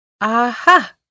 Aha